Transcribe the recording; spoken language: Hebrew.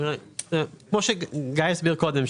כמו שגיא הסביר קודם,